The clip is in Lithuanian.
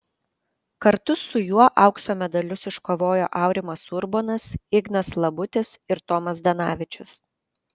kartu su juo aukso medalius iškovojo aurimas urbonas ignas labutis ir tomas zdanavičius